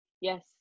Yes